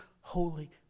holy